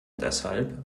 deshalb